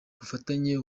ubufatanye